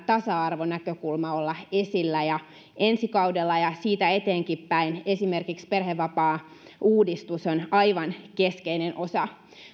tasa arvonäkökulman olla esillä ja ensi kaudella ja siitä eteenkinpäin esimerkiksi perhevapaauudistus on aivan keskeinen osa